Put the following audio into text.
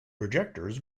projectors